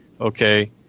okay